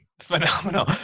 Phenomenal